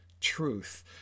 truth